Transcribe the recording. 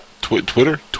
Twitter